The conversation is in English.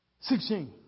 Sixteen